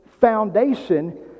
foundation